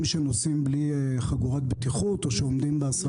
שנוסעים בלי חגורת בטיחות או עומדים בהסעות?